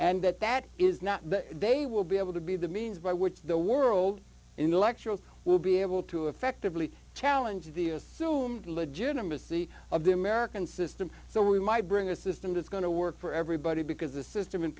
and that that is not they will be able to be the means by which the world intellectuals will be able to effectively challenge the assumed legitimacy of the american system so we might bring a system that's going to work for everybody because the system in